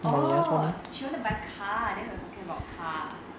orh she want to buy car then we were talking about car